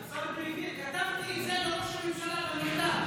השר בן גביר, כתבתי את זה לראש הממשלה במכתב.